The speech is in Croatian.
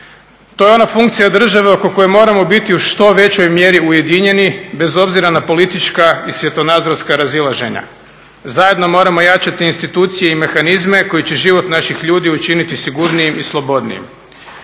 To je ona funkcija države oko koje moramo biti u što većoj mjeri ujedinjeni, bez obzira na politička i svjetonazorska razilaženja. Zajedno moramo jačati institucije i mehanizme koji će život naših ljudi učiniti sigurnijim i slobodnijim.